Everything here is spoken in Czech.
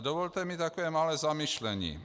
Dovolte mi také malé zamyšlení.